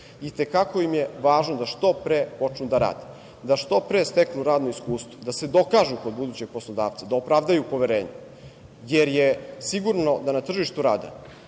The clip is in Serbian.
i te kako im je važno da što pre počnu da rade, da što pre steknu radno iskustvo, da se dokažu kod budućeg poslodavca, da opravdaju poverenje, jer je sigurno da na tržištu rada